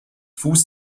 fuß